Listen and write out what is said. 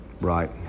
Right